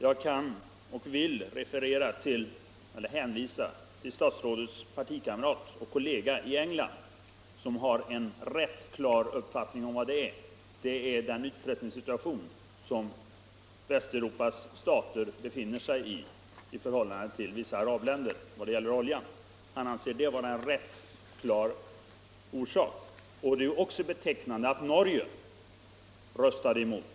Jag vill emellertid hänvisa till utrikesministerns partikamrat och kollega i England, som har en rätt klar uppfattning om vad saken gäller. Han anser att den utpressningssituation som Västeuropas stater befinner sig i i förhållande till vissa arabländer när det gäller oljan är en ganska tydlig orsak. Det är också betecknande att Norge röstade emot.